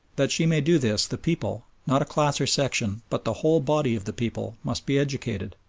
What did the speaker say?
that she may do this the people, not a class or section, but the whole body of the people must be educated.